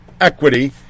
equity